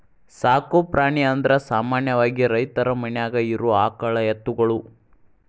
ಸಾಕು ಪ್ರಾಣಿ ಅಂದರ ಸಾಮಾನ್ಯವಾಗಿ ರೈತರ ಮನ್ಯಾಗ ಇರು ಆಕಳ ಎತ್ತುಗಳು